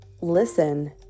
listen